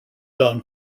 don